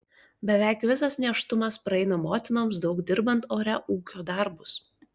beveik visas nėštumas praeina motinoms daug dirbant ore ūkio darbus